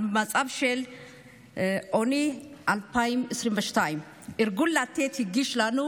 על מצב העוני 2022. ארגון לתת הגיש לנו